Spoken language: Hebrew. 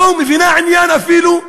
לא מבינה עניין אפילו,